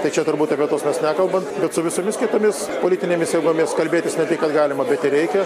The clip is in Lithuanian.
tai čia turbūt apie tuos mes nekalbam bet su visomis kitomis politinėmis jėgomis kalbėtis ne tik kad galima bet ir reikia